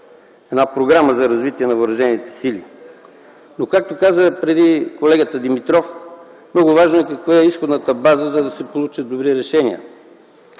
една програма за развитие на въоръжените сили. Както каза преди колегата Димитров, много важно е: каква е изходната база, за да се получат добри решения.